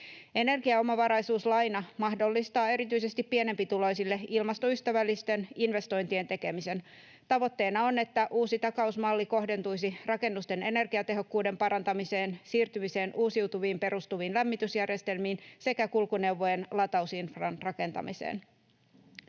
Energiaomavaraisuuslaina mahdollistaa erityisesti pienempituloisille ilmastoystävällisten investointien tekemisen. Tavoitteena on, että uusi takausmalli kohdentuisi rakennusten energiatehokkuuden parantamiseen, siirtymiseen uusiutuviin perustuviin lämmitysjärjestelmiin sekä kulkuneuvojen latausinfran rakentamiseen.